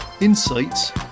insights